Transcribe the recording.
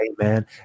Amen